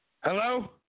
Hello